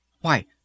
Why